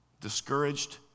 discouraged